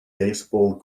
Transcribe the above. baseball